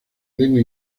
lengua